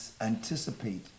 anticipate